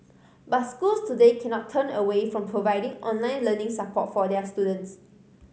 but schools today cannot turn away from providing online learning support for their students